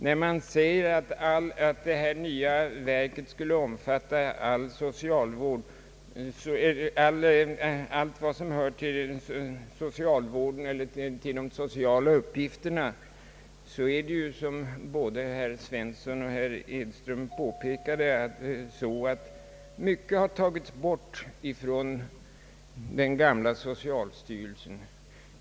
När man säger att det nya verket skulle omfatta allt vad som hör till de sociala uppgifterna är det faktiskt så, som både herr Svensson och herr Edström påpekade, att mycket har tagits bort från den gamla socialstyrelsen.